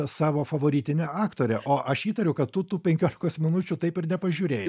savo favoritinę aktorę o aš įtariu kad tu tų penkiolikos minučių taip ir nepažiūrėjai